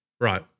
Right